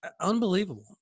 unbelievable